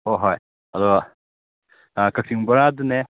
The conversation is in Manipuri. ꯍꯣꯏ ꯍꯣꯏ ꯑꯗꯣ ꯀꯛꯆꯤꯡ ꯕꯣꯔꯥꯗꯨꯅꯦ